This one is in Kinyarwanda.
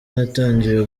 natangiye